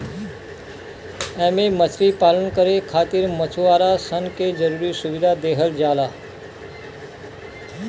एमे मछरी पालन करे खातिर मछुआरा सन के जरुरी सुविधा देहल जाला